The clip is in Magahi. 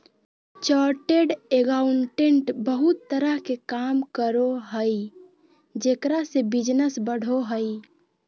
चार्टर्ड एगोउंटेंट बहुत तरह के काम करो हइ जेकरा से बिजनस बढ़ो हइ